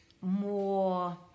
more